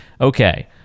okay